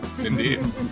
indeed